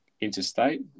Interstate